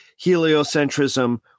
heliocentrism